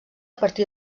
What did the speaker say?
partir